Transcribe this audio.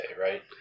right